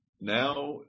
now